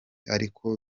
ariko